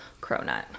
cronut